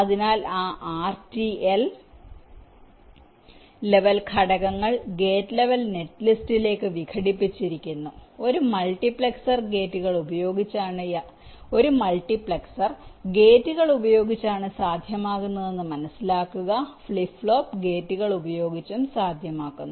അതിനാൽ ആ RTL level ഘടകങ്ങൾ ഗേറ്റ് ലെവൽ നെറ്റ്ലിസ്റ്റിലേക്ക് വിഘടിപ്പിച്ചിരിക്കുന്നു ഒരു മൾട്ടിപ്ലക്സർ ഗേറ്റുകൾ ഉപയോഗിച്ചാണ് യാഥാർത്ഥ്യമാകുന്നതെന്ന് മനസിലാക്കുക ഫ്ലിപ്പ് ഫ്ലോപ്പ് ഗേറ്റുകൾ ഉപയോഗിച്ചും സാധ്യമാക്കുന്നു